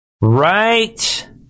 Right